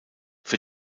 für